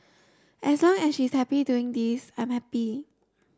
as long as she is happy doing this I'm happy